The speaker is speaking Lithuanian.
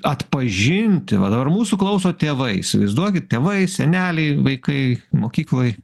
atpažinti va dabar mūsų klauso tėvai įsivaizduokit tėvai seneliai vaikai mokykloj